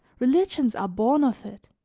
religions are born of it